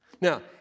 Now